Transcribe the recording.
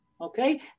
Okay